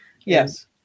Yes